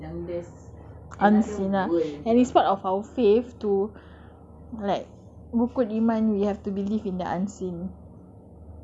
and it's not of our faith to like rukun iman we have to believe in the unseen sebab tu